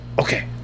okay